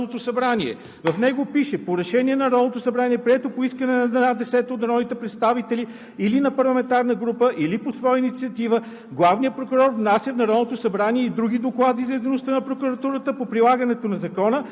Не знам какво са Ви казали юристите, но аз чета ясно: чл. 91 от Правилника на Народното събрание, в него пише: „По решение на Народното събрание, прието по искане на една десета от народните представители или на парламентарна група, или по своя инициатива